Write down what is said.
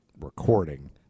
recording